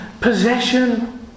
possession